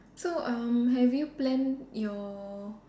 so um have you planned your